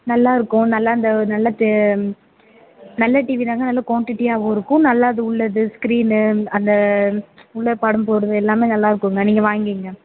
நல்லாருக்கும் நல்ல அந்த நல்ல தெ நல்ல டிவிதாங்க நல்ல குவாண்டிட்டியாகவும் இருக்கும் நல்லா அது உள்ளே இது ஸ்க்ரீன்னு அந்த உள்ளே படம் போடுகிறது எல்லாமே நல்லாயிருக்குங்க நீங்கள் வாங்கிகங்க